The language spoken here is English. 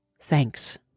thanks